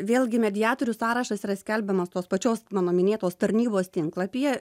vėlgi mediatorių sąrašas yra skelbiamas tos pačios mano minėtos tarnybos tinklapyje